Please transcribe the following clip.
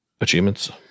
achievements